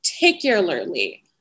particularly